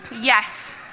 yes